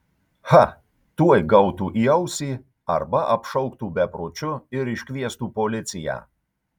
cha tuoj gautų į ausį arba apšauktų bepročiu ir iškviestų policiją